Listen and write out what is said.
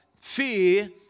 fear